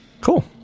Cool